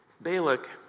Balak